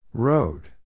Road